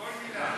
כל מילה.